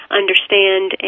understand